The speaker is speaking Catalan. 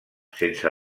sense